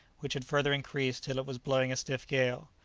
which had further increased till it was blowing a stiff gale.